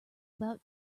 about